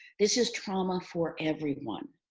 this is trauma for everyone.